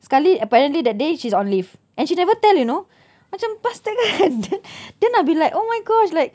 sekali apparently that day she's on leave and she never tell you know macam bastard kan then then I will be like oh my god gosh like